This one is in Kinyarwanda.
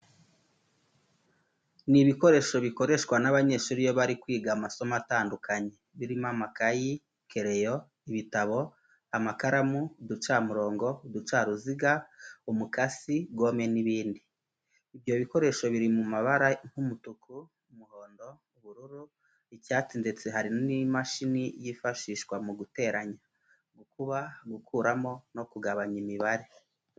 Ni ibikoresho bikoreshwa n'abanyeshuri iyo bari kwiga amasomo atandukanye, birimo amakayi, kereyo, ibitabo, amakaramu, uducamurongo, uducaruziga, umukasi, gome n'ibindi. Ibyo bikoresho biri mu mabara nk'umutuku, umuhondo, ubururu, icyatsi ndetse hari n'imashini yifashishwa mu guteranya, gukuba, gukuramo no kugabanya imibare.